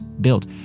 built